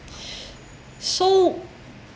so